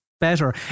better